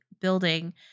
building